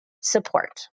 support